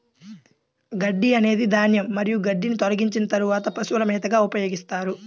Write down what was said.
గడ్డి అనేది ధాన్యం మరియు గడ్డిని తొలగించిన తర్వాత పశువుల మేతగా ఉపయోగిస్తారు